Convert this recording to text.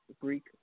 Greek